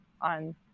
on